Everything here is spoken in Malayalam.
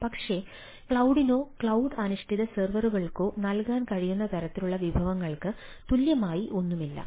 പക്ഷേ ക്ലൌഡിനോ ക്ലൌഡ് അധിഷ്ഠിത സെർവറുകൾക്കോ നൽകാൻ കഴിയുന്ന തരത്തിലുള്ള വിഭവങ്ങൾക്ക് തുല്യമായി ഒന്നുമില്ല